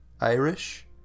Irish